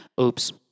Oops